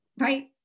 right